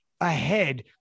ahead